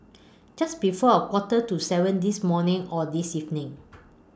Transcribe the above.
Just before A Quarter to seven This morning Or This evening